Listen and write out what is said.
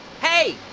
Hey